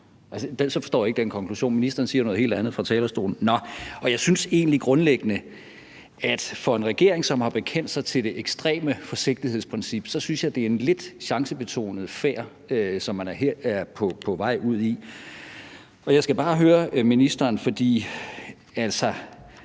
Jeg forstår ikke den konklusion, for ministeren siger noget helt andet fra talerstolen. Og jeg synes egentlig grundlæggende, at det for en regering, som har bekendt sig til det ekstreme forsigtighedsprincip, er en lidt chancebetonet færd, man her er ved at begive sig ud på. Og jeg skal bare høre ministeren om noget.